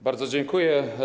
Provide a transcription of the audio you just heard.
Bardzo dziękuję.